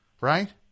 Right